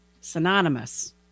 synonymous